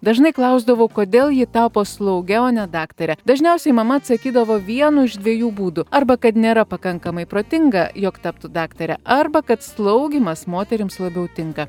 dažnai klausdavau kodėl ji tapo slauge o ne daktare dažniausiai mama atsakydavo vienu iš dviejų būdų arba kad nėra pakankamai protinga jog taptų daktare arba kad slaugymas moterims labiau tinka